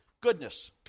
Goodness